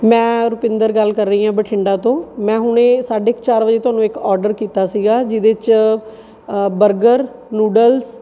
ਮੈਂ ਰੁਪਿੰਦਰ ਗੱਲ ਕਰ ਰਹੀ ਹਾਂ ਬਠਿੰਡਾ ਤੋਂ ਮੈਂ ਹੁਣੇ ਸਾਢੇ ਕੁ ਚਾਰ ਵਜੇ ਤੁਹਾਨੂੰ ਇੱਕ ਔਡਰ ਕੀਤਾ ਸੀਗਾ ਜਿਹਦੇ 'ਚ ਬਰਗਰ ਨੂਡਲਸ